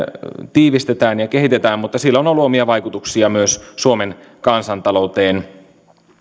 tiivistetään ja kehitetään mutta sillä on ollut omia vaikutuksia myös suomen kansantalouteen